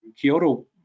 Kyoto